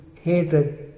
hatred